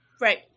Right